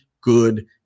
good